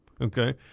okay